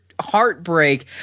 heartbreak